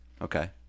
Okay